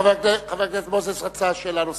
חבר הכנסת מוזס רצה שאלה נוספת.